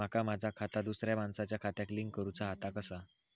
माका माझा खाता दुसऱ्या मानसाच्या खात्याक लिंक करूचा हा ता कसा?